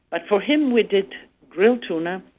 but for him we did grilled tuna